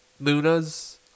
Luna's